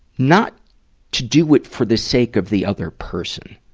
not to do it for the sake of the other person.